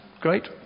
Great